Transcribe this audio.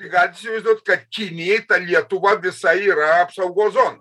tai galit įsivaizduot kad kinijai ta lietuva visa yra apsaugos zona